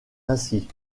ainsi